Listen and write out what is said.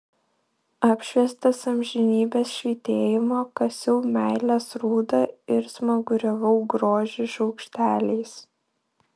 apšviestas amžinybės švytėjimo kasiau meilės rūdą ir smaguriavau grožį šaukšteliais